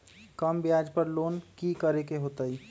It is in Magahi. कम ब्याज पर लोन की करे के होतई?